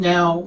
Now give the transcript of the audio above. Now